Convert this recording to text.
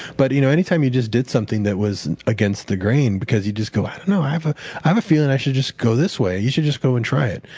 but you know anytime you jus did something that was against the grain because you just go, i don't know i have ah i have a feeling i should just go this way, you should just go and try it.